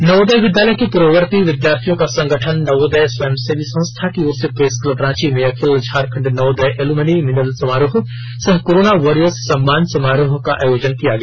नवोदय विद्यालय के पूर्ववर्ती विद्याथियों का संगठन नवोदय स्वयंसेवी संस्था की ओर से प्रेस क्लब राँची में अखिल झारखण्ड नवोदय एलमनी मिलन समारोह सह कोरोना वारियर्स सम्मान समारोह का आयोजन किया गया